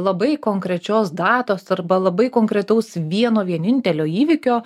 labai konkrečios datos arba labai konkretaus vieno vienintelio įvykio